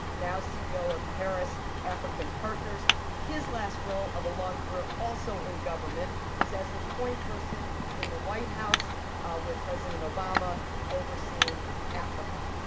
now ceo of harris african partners. his last role of a long career also in government was as the point person in the white house with president obama overseeing africa.